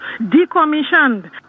Decommissioned